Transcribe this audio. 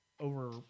over